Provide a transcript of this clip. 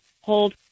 Hold